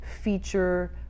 feature